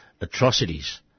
atrocities